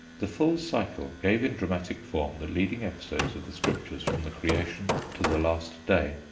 the full cycle gave in dramatic form the leading episodes of the scriptures from the creation to the last day.